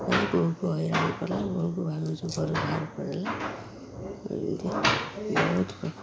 ବୋହୂକୁ ହଇରାଣ କଲା ବୋହୁକୁ ଘରୁ ବାହାର କରିଦେଲା ଏମତି ବହୁତ ପ୍ରକାର